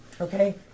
Okay